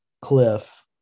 cliff